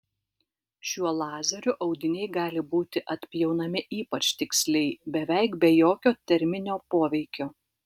šiuo lazeriu audiniai gali būti atpjaunami ypač tiksliai beveik be jokio terminio poveikio